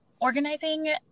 organizing